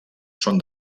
són